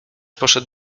poszedł